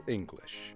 English